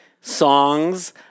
songs